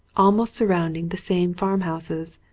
almost surrounding the same farm houses,